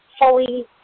fully